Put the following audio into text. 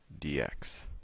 dx